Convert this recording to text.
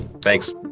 Thanks